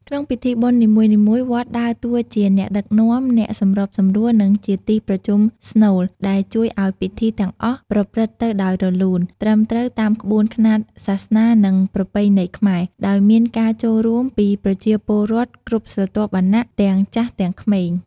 ក្នុងពិធីបុណ្យនីមួយៗ វត្តដើរតួជាអ្នកដឹកនាំ អ្នកសម្របសម្រួល និងជាទីប្រជុំស្នូល ដែលជួយឲ្យពិធីទាំងអស់ប្រព្រឹត្តទៅដោយរលូន ត្រឹមត្រូវតាមក្បួនខ្នាតសាសនា និងប្រពៃណីខ្មែរ ដោយមានការចូលរួមពីប្រជាពលរដ្ឋគ្រប់ស្រទាប់វណ្ណៈ ទាំងចាស់ទាំងក្មេង។